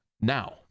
now